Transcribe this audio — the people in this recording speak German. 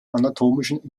anatomischen